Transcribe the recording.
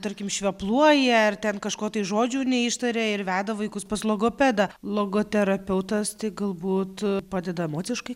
tarkim švepluoja ar ten kažko tai žodžių neištaria ir veda vaikus pas logopedą logoterapeutas tai galbūt padeda emociškai